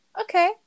Okay